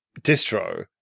distro